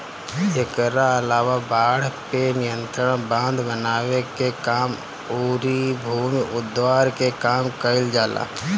एकरा अलावा बाढ़ पे नियंत्रण, बांध बनावे के काम अउरी भूमि उद्धार के काम कईल जाला